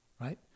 right